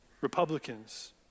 Republicans